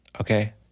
Okay